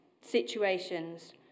situations